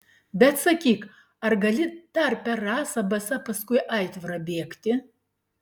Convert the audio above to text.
bet sakyk ar gali dar per rasą basa paskui aitvarą bėgti